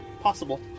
Possible